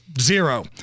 Zero